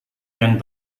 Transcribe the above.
yang